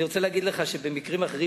אני רוצה להגיד לך שבמקרים אחרים,